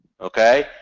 Okay